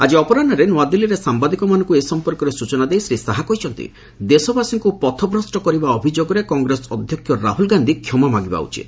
ଆକି ଅପରାହ୍ୱରେ ନୂଆଦିଲ୍ଲୀରେ ସାମ୍ବାଦିକମାନଙ୍କୁ ଏ ସମ୍ପର୍କରେ ସୂଚନା ଦେଇ ଶ୍ରୀ ଶାହା କହିଛନ୍ତି ଦେଶବାସୀଙ୍କୁ ପଥଭ୍ରଷ୍ଟ କରିବା ଅଭିଯୋଗରେ କଂଗ୍ରେସ ଅଧ୍ୟକ୍ଷ ରାହୁଲ ଗାନ୍ଧୀ କ୍ଷମା ମାଗିବା ଉଚିତ